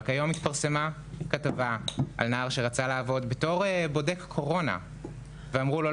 רק היום התפרסמה כתבה על נער שרצה לעבוד כבודק קורונה ואמרו לו שלא